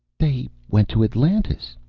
they went to atlantis,